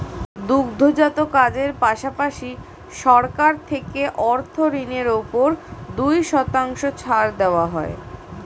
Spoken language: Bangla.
দুগ্ধজাত কাজের পাশাপাশি, সরকার থেকে অর্থ ঋণের উপর দুই শতাংশ ছাড় দেওয়া হয়